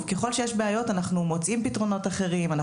אם יש בעיות אנחנו מוצאים פתרונות אחרים,